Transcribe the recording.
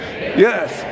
Yes